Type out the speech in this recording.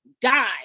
die